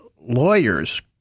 lawyers